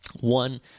One